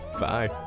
Bye